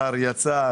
השר שיצא,